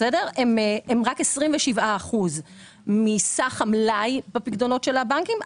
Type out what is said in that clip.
הם רק 27% מסך המלאי בפיקדונות של הבנקים,